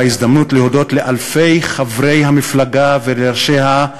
ההזדמנות להודות לאלפי חברי המפלגה ולראשיה,